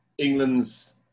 England's